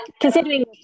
considering